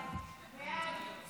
ההצעה להעביר